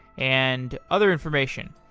and other information.